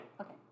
Okay